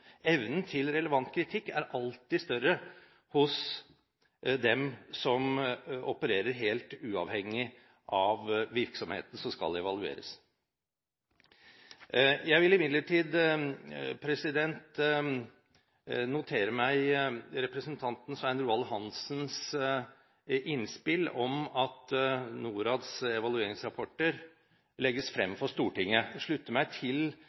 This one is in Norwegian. Evnen til relevant kritikk er alltid større hos dem som opererer helt uavhengig av virksomheten som skal evalueres. Jeg vil imidlertid notere meg representanten Svein Roald Hansens innspill om at NORADs evalueringsrapporter legges frem for Stortinget. Jeg slutter meg til